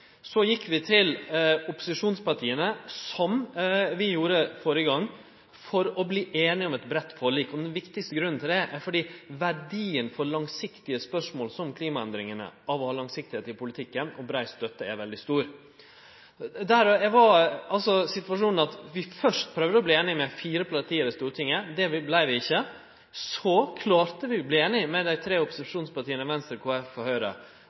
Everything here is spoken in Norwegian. Så gjekk vi til opposisjonspartia, som vi gjorde førre gang, for å verte einige om eit breitt forlik. Den viktigaste grunnen til det er at verdien av langsiktigheit i og brei støtte for politikken som gjeld klimaendringane, er veldig stor. Situasjonen var den at vi først prøvde å verte einige med fire parti i Stortinget. Det vart vi ikkje. Så klarte vi å verte einige med dei tre opposisjonspartia Venstre, Kristeleg Folkeparti og Høgre. Resultatet talar for